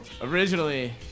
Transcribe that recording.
Originally